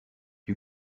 you